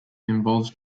involves